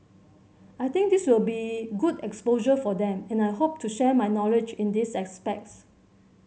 I think this will be good exposure for them and I hope to share my knowledge in these aspects